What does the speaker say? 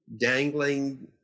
dangling